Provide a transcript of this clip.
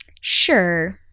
Sure